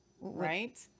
Right